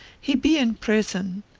he be in prison.